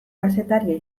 kazetaria